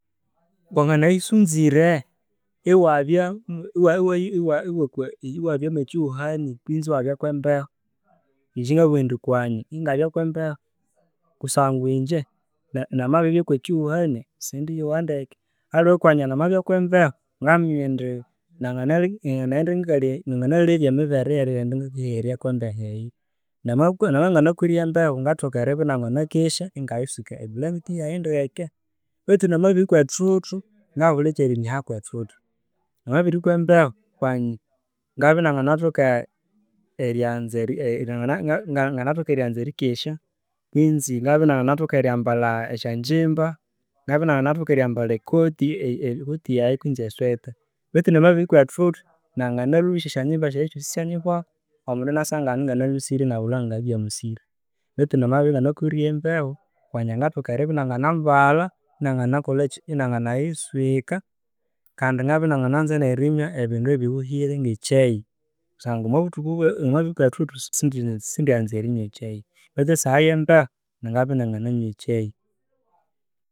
Wanganayisunzire iwabyaaa iwabya iwakwa iwabya mwa kihuhani kwinzi iwabya mwe mbeho? Ingye ngabugha indi kwanya ingabya mwe mbeho kusngwa ingye namabiribya mwe kihuhania sindiyowa ndeke aliwe kwanya namanya kwe mbeho, ngaminya indi nanganaghenda ngakalebya emibere eyerikeherya kwa mbeho eyo. Namabya ingakwire embeho, ngathoka eribya inanganakesya ingayiswika eblangiti yayi ndeke beitu ngamabirikwa ethuthu, ngabulha ekyerihinyiha kwe thuthu. Ngama birikwa embeho, ngabya inganganathoka erikesya kwinzi ngabya inganganthoka eriambalha esyanjimba, ngabya inganganathoka eryambala ekoti yayi kwesi esweta beitu ngamabirikwa ethuthu, ngabya inganganalusya esyanjimba ssyayi syosi isyanyihwako omundu inalengekania nganga biribya musire beitu ngamabiribya inganakwire embeho kwanya ngathoka eribya inganga mbalha, inianganakolhaki, inianganayiswika kandi ngabya inia nganthoka erinywa ebindu ebihuhire nge chai kusangwa omwa buthuku ngamabirikwa ethuthu sindyanza erinywa e chaibeitu esha eya mbeho, ngabya inangananywa e chai.